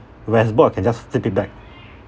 whereas book I can just flip it back